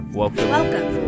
welcome